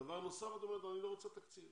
דבר נוסף את אומרת שאת לא רוצה תקציב,